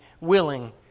willing